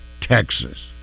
Texas